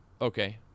Okay